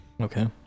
okay